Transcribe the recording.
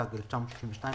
התשכ"ג 1962,